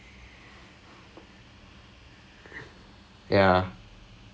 point in time I just couldn't care less all I just wanted was to just